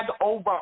over